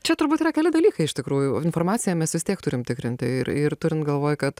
čia turbūt yra keli dalykai iš tikrųjų informaciją mes vis tiek turim tikrinti ir ir turint galvoj kad